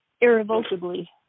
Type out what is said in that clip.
irrevocably